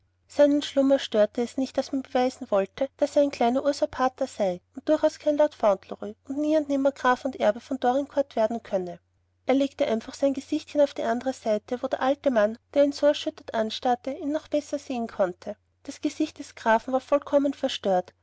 seinen schlummer störte es nicht daß man beweisen wollte daß er ein kleiner usurpator sei und durchaus kein lord fauntleroy und nie und nimmer ein graf und erbe von dorincourt werden könne er legte einfach sein gesichtchen auf die andre seite wo der alte mann der ihn so erschüttert anstarrte ihn noch besser sehen konnte das gesicht des grafen war vollkommen verstört